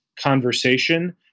conversation